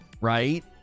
Right